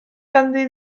ganddi